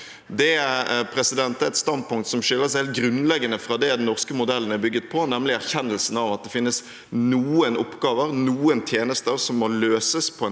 Det er et standpunkt som skiller seg helt grunnleggende fra det den norske modellen er bygget på, nemlig erkjennelsen av at det finnes noen oppgaver og tjenester som må løses på en